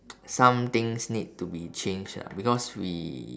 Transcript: some things need to be changed ah because we